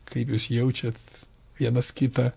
kaip jūs jaučiat vienas kitą